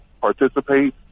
participate